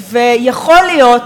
ויכול להיות,